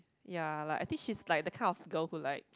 ya like I think she is like the kind of girl who like